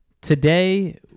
Today